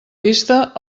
vista